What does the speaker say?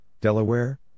Delaware